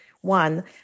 one